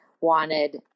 wanted